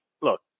look